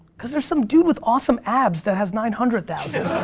cause there's some dude with awesome abs that has nine hundred thousand.